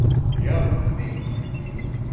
young thief, you mean!